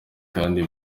kandi